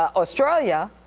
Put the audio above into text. ah australia,